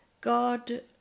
God